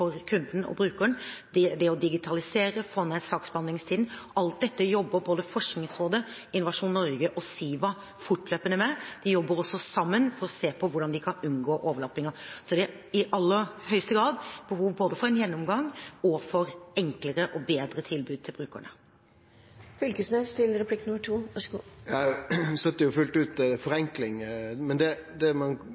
for kunden og brukeren, digitalisere og få ned saksbehandlingstiden. Alt dette jobber både Forskningsrådet, Innovasjon Norge og Siva fortløpende med. De jobber også sammen for å se på hvordan de kan unngå overlappinger. Så det er i aller høyeste grad behov for både en gjennomgang og for enklere og bedre tilbud til brukerne. Eg støttar fullt ut forenklingar. Det som har vore ein del av kritikken, er at det